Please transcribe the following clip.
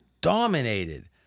Dominated